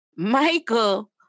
Michael